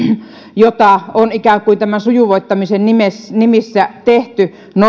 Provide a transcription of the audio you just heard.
jota on ikään kuin tämän sujuvoittamisen nimissä tehty